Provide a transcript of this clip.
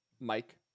Mike